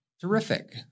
Terrific